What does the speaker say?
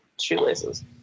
shoelaces